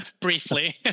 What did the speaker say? Briefly